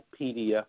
PDF